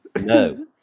No